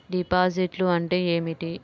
డిపాజిట్లు అంటే ఏమిటి?